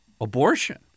Abortion